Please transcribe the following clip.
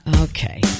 Okay